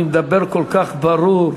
אני מדבר כל כך ברור.